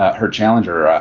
her challenger, ah